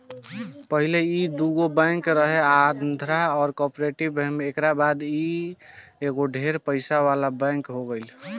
पहिले ई दुगो बैंक रहे आंध्रा आ कॉर्पोरेट बैंक एकरा बाद ई एगो ढेर पइसा वाला बैंक हो गईल